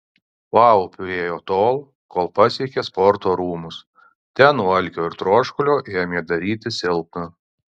paupiu ėjo tol kol pasiekė sporto rūmus ten nuo alkio ir troškulio ėmė darytis silpna